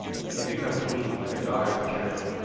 he had become keen, like a dog on the trail,